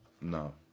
No